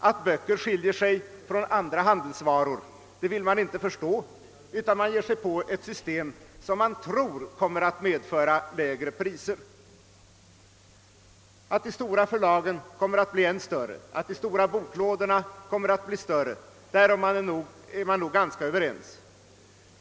Att böcker skiljer sig från andra handelsvaror vill man inte förstå utan ger sig in på ett system som man tror kom mer att medföra lägre priser. Att de stora förlagen kommer att bli än större, att de stora boklådorna kommer att bli större, om det är man nog ganska överens.